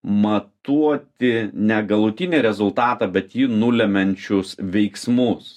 matuoti ne galutinį rezultatą bet jį nulemiančius veiksmus